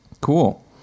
Cool